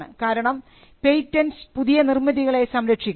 കാരണം പേറ്റന്റ്സ് പുതിയ നിർമിതികളെ സംരക്ഷിക്കുന്നു